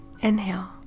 Inhale